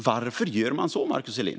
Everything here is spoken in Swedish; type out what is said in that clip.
Varför gör man så, Markus Selin?